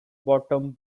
bottom